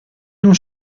non